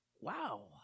wow